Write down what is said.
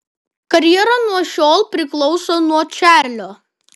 karjera nuo šiol priklauso nuo čarlio